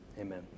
Amen